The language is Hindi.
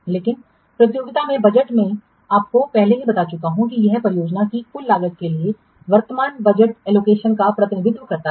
इसलिए प्रतियोगिता में बजट मैं आपको पहले ही बता चुका हूं कि यह एक परियोजना की कुल लागत के लिए वर्तमान बजट आवंटन का प्रतिनिधित्व करता है